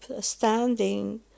standing